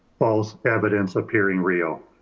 false evidence appearing real.